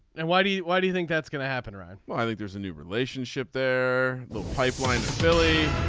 and why do you why do you think that's going to happen right. well i think there's a new relationship there. the pipeline to philly.